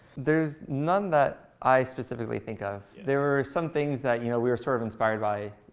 there is none that i specifically think of. there were some things that you know we were sort of inspired by,